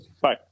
Bye